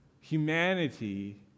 humanity